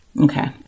Okay